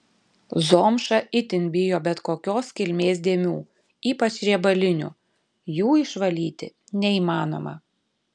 zomša itin bijo bet kokios kilmės dėmių ypač riebalinių jų išvalyti neįmanoma